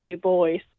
boys